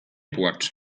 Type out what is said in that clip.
płacz